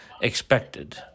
expected